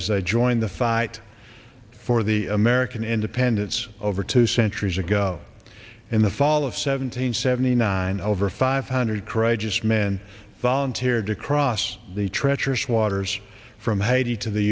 they joined the fight for the american independence over two centuries ago in the fall of seven hundred seventy nine over five hundred courageous men volunteered to cross the treacherous waters from haiti to the